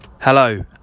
Hello